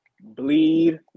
Bleed